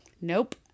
nope